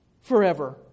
forever